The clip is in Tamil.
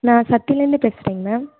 நான் சக்திலேந்து பேசுகிறேங்க மேம்